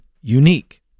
unique